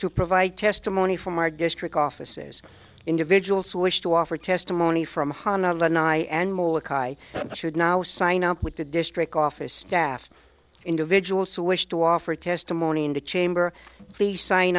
to provide testimony from our district offices individuals who wish to offer testimony from honolulu i should now sign up with the district office staff individuals who wish to offer testimony in the chamber please sign